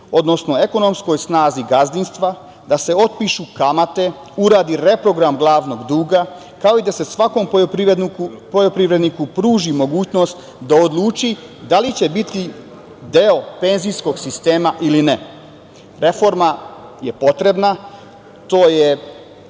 odnosno ekonomskoj snazi gazdinstva, da se otpišu kamate, uradi reprogram glavnog duga, kao da se i svakom poljoprivredniku pruži mogućnost da odluči da li će biti deo penzijskog sistema ili ne. Reforma je potrebna, to je